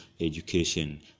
education